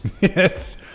yes